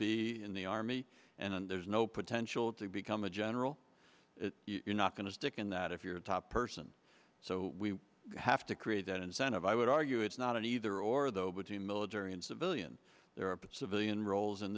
be in the army and and there's no potential to become a general if you're not going to stick in that if you're a top person so we have to create an incentive i would argue it's not an either or though between military and civilian there are but civilian roles in